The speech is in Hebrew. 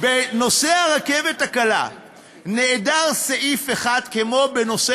בנושא הרכבת הקלה נעדר סעיף אחד כמו בנושא